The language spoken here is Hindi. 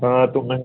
हाँ तो मैं